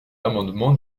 l’amendement